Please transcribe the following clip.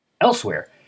Elsewhere